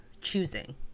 choosing